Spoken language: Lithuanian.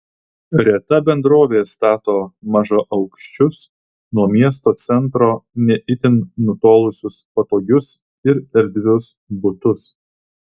reta bendrovė stato mažaaukščius nuo miesto centro ne itin nutolusius patogius ir erdvius butus